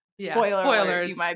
Spoilers